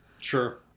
Sure